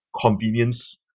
convenience